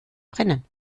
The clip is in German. brennen